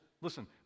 listen